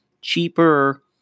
cheaper